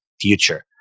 future